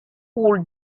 wool